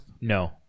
No